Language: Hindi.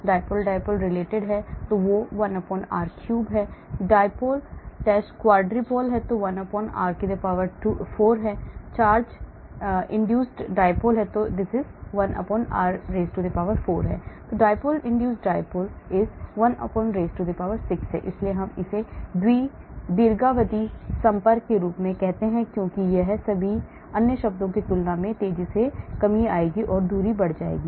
dipole dipole it is related to 1r3 dipole quadrupole 1r power 4 charge induced dipole 1r power 4 dipole induced dipole 1r power 6 इसलिए हम इसे दीर्घावधि संपर्क के रूप में कहते हैं क्योंकि इन सभी अन्य शब्दों की तुलना में तेजी से कमी आएगी दूरी बढ़ जाती है